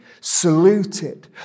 saluted